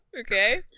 Okay